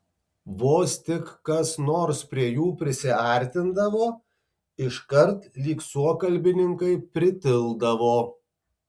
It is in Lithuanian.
vos tik kas nors prie jų prisiartindavo iškart lyg suokalbininkai pritildavo